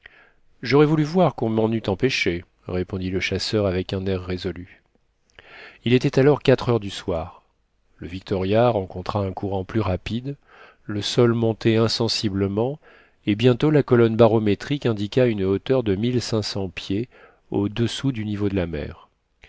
j'aurais voulu voir qu'on m'en eût empêché répondit le chasseur avec un air résolu il était alors quatre heures du soir le victoria rencontra un courant plus rapide le sol montait insensiblement et bientôt la colonne barométrique indiqua une hauteur de mille pieds au-dessus du niveau de la mer